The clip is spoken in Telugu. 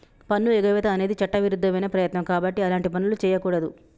పన్నుఎగవేత అనేది చట్టవిరుద్ధమైన ప్రయత్నం కాబట్టి అలాంటి పనులు చెయ్యకూడదు